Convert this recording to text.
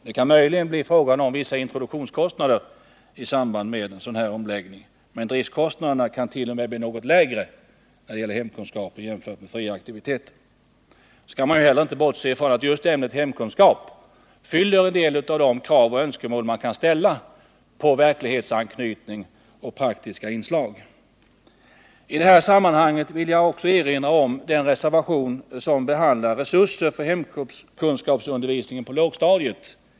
— Det kan möjligen bli fråga om vissa introduktionskostnader i samband med en sådan omläggning, men driftkostnaderna kan 1. 0. m. bli något lägre för hemkunskapen än för de fria aktiviteterna. Nu skall man inte heller bortse från att just ämnet hemkunskap uppfyller en del av de krav och önskemål som man kan ställa på verklighetsanknytning och praktiska inslag i skolarbetet. I det här sammanhanget vill jag också erinra om vår reservation som behandlar resurser för hemkunskapsundervisningen på lågstadiet.